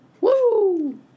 Woo